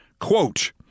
Quote